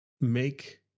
make